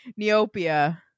Neopia